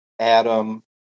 Adam